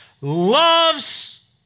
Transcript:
loves